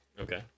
okay